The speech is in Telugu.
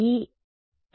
విద్యార్థి E